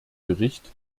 bericht